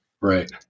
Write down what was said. Right